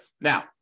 Now